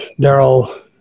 Daryl